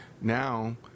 Now